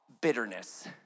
bitterness